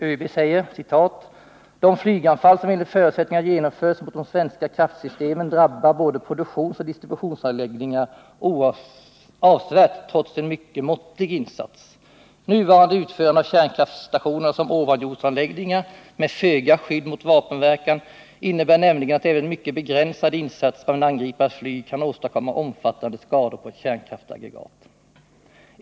ÖB säger: ”De flyganfall som enligt förutsättningarna genomförs mot det svenska kraftsystemet drabbar både produktionsoch distributionsanläggningar avsevärt trots en mycket måttlig insats. Nuvarande utförande av kärnkraftstationerna som ovanjordsanläggningar med föga skydd mot vapenverkan innebär nämligen att även mycket begränsade insatser av ingriparens flyg kan åstadkomma omfattande skador på ett kärnkraftaggregat.